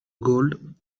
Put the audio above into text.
gold